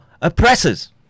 oppressors